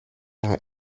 are